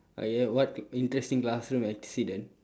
okay what interesting classroom accident